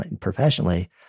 professionally